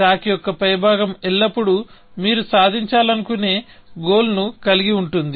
stock యొక్క పైభాగం ఎల్లప్పుడూ మీరు సాధించాలనుకునే గోల్ ను కలిగి ఉంటుంది